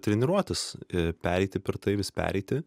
treniruotis pereiti per tai vis pereiti